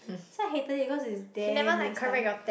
so I hated it cause it's damn waste time